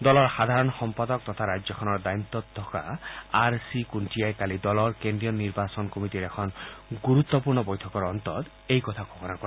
দলৰ সাধাৰণ সম্পাদক তথা ৰাজ্যখনৰ দায়িত্বত থকা আৰ চি কুন্তিয়াই কালি দলৰ কেন্দ্ৰীয় নিৰ্বাচন কমিটীৰ এখন গুৰুত্বপূৰ্ণ বৈঠকৰ অন্তত এই কথা ঘোষণা কৰে